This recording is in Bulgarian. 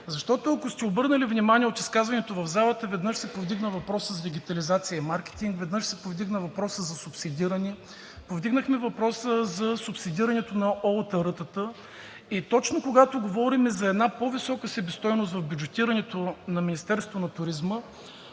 Ако сте обърнали внимание, в изказванията в залата веднъж се повдигна въпросът за дигитализация и маркетинг, веднъж се повдигна въпросът за субсидиране. Повдигнахме въпроса за субсидирането на ОУТР-тата и точно когато говорим за една по висока себестойност в бюджетирането на Министерството на туризма,